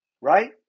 Right